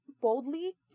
boldly